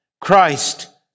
Christ